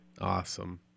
Awesome